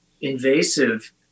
invasive